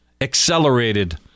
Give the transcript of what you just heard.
accelerated